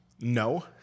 no